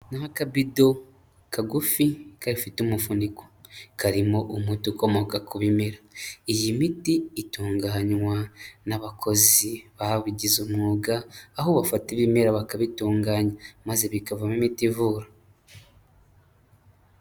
Ni akabido kagufi gafite umufuniko, karimo umuti ukomoka ku bimera, iyi miti itunganywa n'abakozi babigize umwuga, aho bafata ibimera bakabitunganya maze bikavamo imiti ivura.